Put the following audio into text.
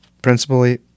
Principally